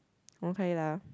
okay lah